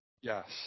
Yes